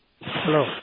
Hello